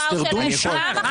תרדו משם.